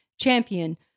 champion